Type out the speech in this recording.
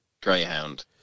greyhound